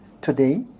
today